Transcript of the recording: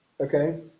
Okay